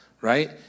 Right